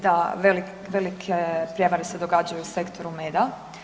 Da, velike prijevare se događaju u sektoru meda.